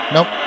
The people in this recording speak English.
Nope